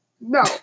No